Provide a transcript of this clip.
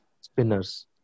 spinners